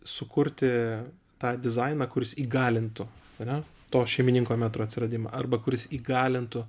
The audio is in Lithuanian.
sukurti tą dizainą kurs įgalintų ane to šeimininko metro atsiradimą arba kuris įgalintų